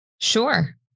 Sure